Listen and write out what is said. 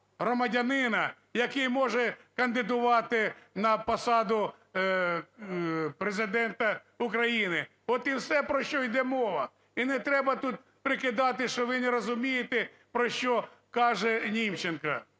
громадянина, який може кандидатувати на посаду Президента України. От і все, про що йде мова. І не треба тут прикидатись, що ви не розумієте про що каже Німченко.